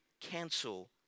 cancel